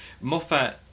Moffat